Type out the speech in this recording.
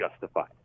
justified